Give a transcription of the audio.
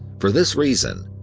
for this reason,